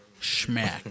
Schmack